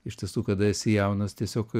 iš tiesų kada esi jaunas tiesiog